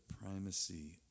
primacy